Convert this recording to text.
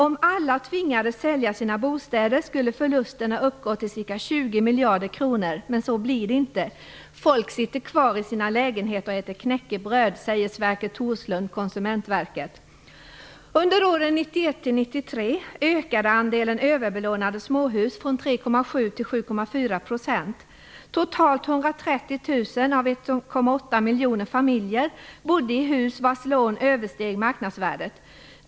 Om alla tvingades sälja sina bostäder skulle förlusterna uppgå till cirka 20 miljarder kronor. Men så blir det inte. - Folk sitter kvar i sina lägenheter och äter knäckebröd, säger Sverker Thorslund, konsumentverket." miljoner familjer bodde i hus vars lån översteg marknadsvärdet.